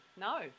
no